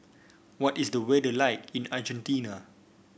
what is the weather like in Argentina